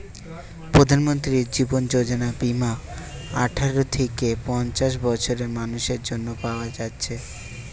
প্রধানমন্ত্রী জীবন যোজনা বীমা আঠারো থিকে পঞ্চাশ বছরের মানুসের জন্যে পায়া যাচ্ছে